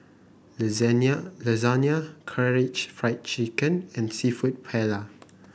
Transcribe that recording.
Lasagna Karaage Fried Chicken and seafood Paella